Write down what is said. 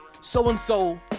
so-and-so